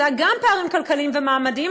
זה היה גם פערים כלכליים ומעמדיים,